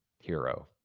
hero